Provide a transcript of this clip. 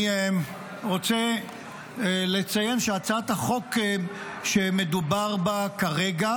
אני רוצה לציין שהצעת החוק שמדובר בה כרגע